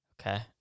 Okay